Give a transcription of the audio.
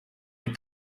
eat